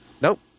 Nope